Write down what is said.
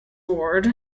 ward